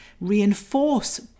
reinforce